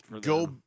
go